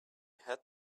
had